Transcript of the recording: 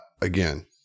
again